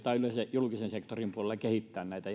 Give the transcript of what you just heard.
julkisen sektorin puolella kehittää näitä